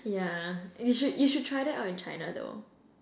yeah you should you should try that out in China though